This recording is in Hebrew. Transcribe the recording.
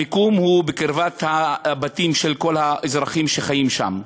המיקום הוא בקרבת הבתים של כל האזרחים שחיים שם.